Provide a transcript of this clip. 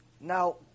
Now